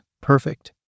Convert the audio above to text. Perfect